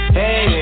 hey